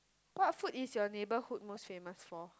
what food is your neighborhood most famous for